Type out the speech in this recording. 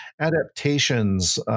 adaptations